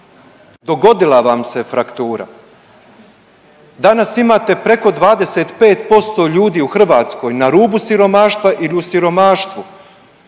dogodila vam se fraktura. Danas imate preko 25% ljudi u Hrvatskoj na rubu siromaštva ili u siromaštvu.